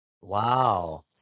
Wow